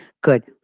good